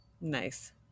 Nice